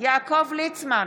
יעקב ליצמן,